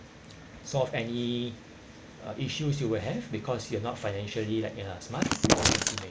solve any uh issues you will have because you're not financially like ya smart